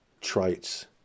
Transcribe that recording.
traits